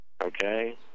okay